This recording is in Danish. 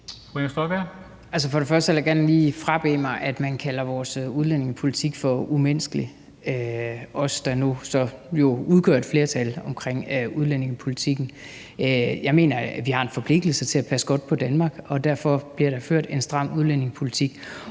og fremmest vil jeg gerne frabede mig, at man kalder vores udlændingepolitik for umenneskelig – altså i forhold til os, der nu udgør et flertal omkring udlændingepolitikken. Jeg mener, at vi har en forpligtelse til at passe godt på Danmark, og derfor bliver der ført en stram udlændingepolitik.